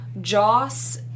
Joss